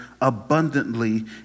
abundantly